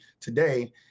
today